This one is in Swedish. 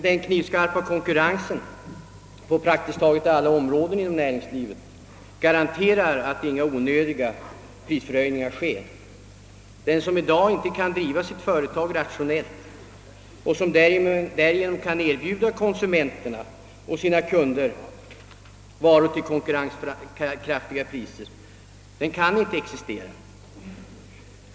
Den knivskarpa konkurrensen på praktiskt taget alla områden inom näringslivet garanterar att inga onödiga prishöjningar sker. Den som i dag inte kan driva sitt företag rationellt och därigenom kan erbjuda konsumenterna och kunderna varor till konkurrenskraftiga priser kan inte existera.